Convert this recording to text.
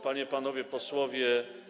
Panie i Panowie Posłowie!